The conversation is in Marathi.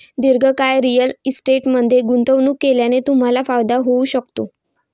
दीर्घकाळ रिअल इस्टेटमध्ये गुंतवणूक केल्याने तुम्हाला फायदा होऊ शकतो